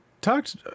talked